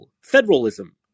federalism